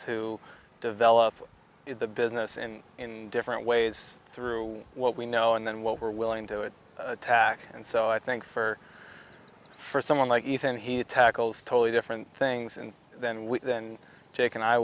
to develop the business and in different ways through what we know and then what we're willing to attack and so i think for for someone like ethan he tackles totally different things and then we then